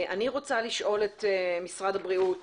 אני רוצה לשאול את משרד הבריאות